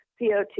CO2